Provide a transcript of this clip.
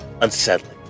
unsettling